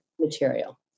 material